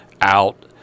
out